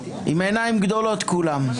עם עיניים גדולות כולם.